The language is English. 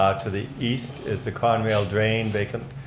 ah to the east is the conrail drain, vacant